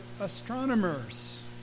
astronomers